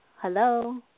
Hello